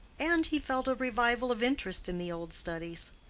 and he felt a revival of interest in the old studies.